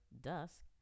Dusk